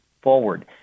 forward